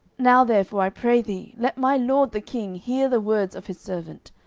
now therefore, i pray thee, let my lord the king hear the words of his servant.